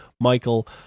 Michael